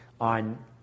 on